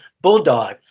bulldog